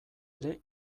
ere